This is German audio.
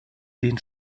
den